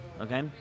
okay